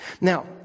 Now